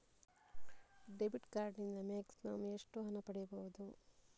Debit card ನಿಂದ maximum ಎಷ್ಟು ಹಣ ಪಡೆಯಬಹುದು?